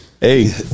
Hey